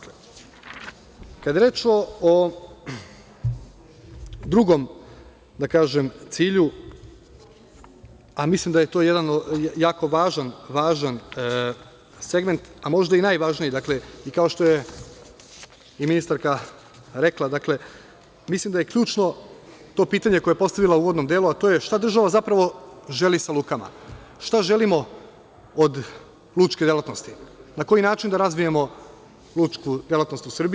Kada je reč o drugom cilju, a mislim da je to jedan jako važan segment a možda i najvažniji, i kao što je ministarka rekla, mislim da je ključno to pitanje koje je postavila u uvodnom delu, a to je šta država želi sa lukama, šta želimo od lučke delatnosti, na koji način da razvijemo lučku delatnost u Srbiji.